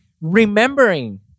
remembering